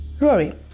Rory